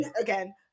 again